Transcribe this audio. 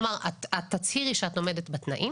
כלומר, את תצהירי שאת עומדת בתנאים